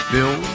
Bill